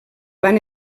van